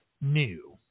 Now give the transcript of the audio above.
new